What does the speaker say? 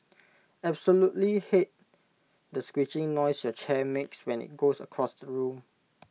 absolutely hate the screeching noise your chair makes when IT goes across the room